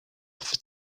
for